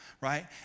right